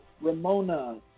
Ramona